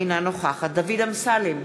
אינה נוכחת דוד אמסלם,